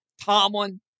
Tomlin